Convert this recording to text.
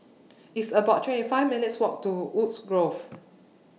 It's about twenty five minutes' Walk to Woodgrove